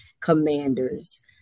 commanders